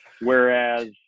Whereas